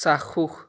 চাক্ষুষ